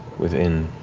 within